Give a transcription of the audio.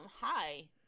Hi